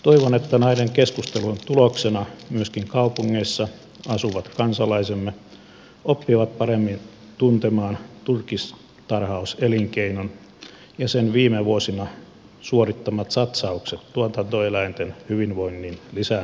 toivon että näiden keskusteluiden tuloksena myöskin kaupungeissa asuvat kansalaisemme oppivat paremmin tuntemaan turkistarhauselinkeinon ja sen viime vuosina suorittamat satsaukset tuotantoeläinten hyvinvoinnin lisäämiseksi